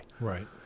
Right